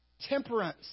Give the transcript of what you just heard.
temperance